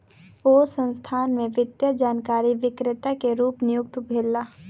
ओ संस्थान में वित्तीय जानकारी विक्रेता के रूप नियुक्त भेला